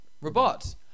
Robot